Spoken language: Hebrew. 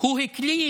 הוא הקליט